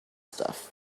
stuff